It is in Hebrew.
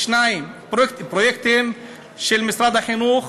2. פרויקטים של משרד החינוך